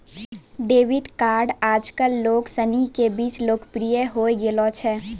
debit card आजकल लोग सनी के बीच लोकप्रिय होए गेलो छै